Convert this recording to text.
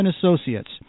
Associates